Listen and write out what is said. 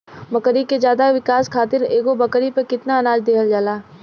बकरी के ज्यादा विकास खातिर एगो बकरी पे कितना अनाज देहल जाला?